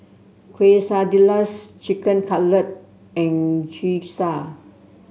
Quesadillas Chicken Cutlet and Gyoza